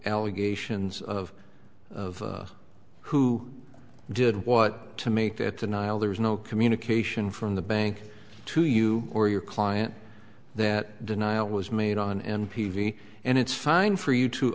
allegations of of who did what to make that the nile there was no communication from the bank to you or your client that denial was made on n p v and it's fine for you to